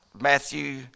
Matthew